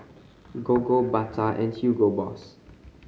Gogo Bata and Hugo Boss